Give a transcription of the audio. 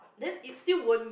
then it still won't